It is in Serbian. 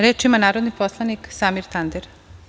Reč ima narodni poslanik Samir Tandir.